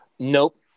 Nope